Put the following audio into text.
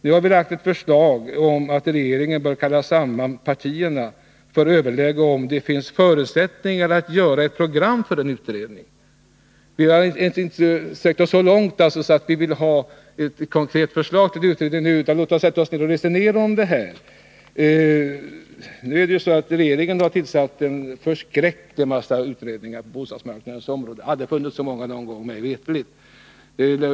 Nu har vi lagt fram ett förslag om att regeringen skall kalla samman partierna för att överlägga om huruvida det finns förutsättningar för att göra ett program för en utredning. Vi har inte gått så långt att vi begärt ett konkret ställningstagande utan vi säger: Låt oss sätta oss ner och resonera om det här. Nu har ju regeringen tillsatt en förskräcklig massa utredningar på bostadsmarknadens område. Det har aldrig funnits så många utredningar mig veterligt.